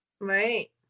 Right